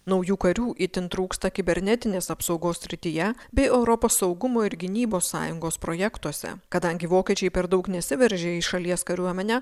naujų karių itin trūksta kibernetinės apsaugos srityje bei europos saugumo ir gynybos sąjungos projektuose kadangi vokiečiai per daug nesiveržia į šalies kariuomenę